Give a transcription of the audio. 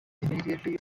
immediately